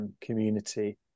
community